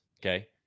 okay